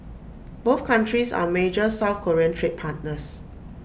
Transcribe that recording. both countries are major south Korean trade partners